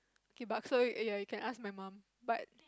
kay bakso ya you can ask my mum but